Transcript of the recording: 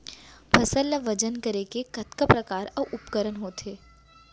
फसल ला वजन करे के कतका प्रकार के उपकरण होथे?